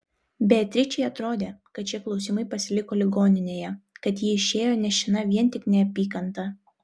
beatričei atrodė kad šie klausimai pasiliko ligoninėje kad ji išėjo nešina vien tik neapykanta